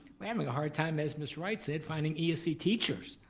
we're having a hard time, as miss wright said, finding ese teachers.